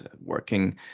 working